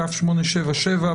כ/877,